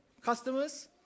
customers